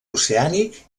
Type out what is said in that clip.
oceànic